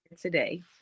today